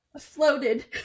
floated